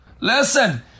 Listen